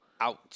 Ouch